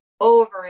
over